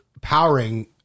powering